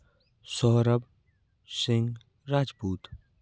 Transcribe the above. Saurabh Singh Rajput